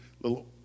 little